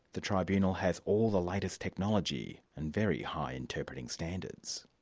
the tribunal has all the latest technology and very high interpreting standards.